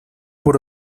por